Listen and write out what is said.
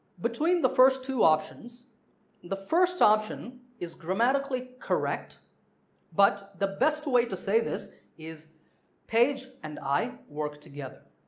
between the first two options the first option is grammatically correct but the best way to say this is page and i work together.